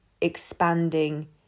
expanding